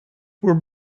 were